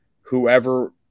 whoever –